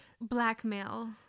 Blackmail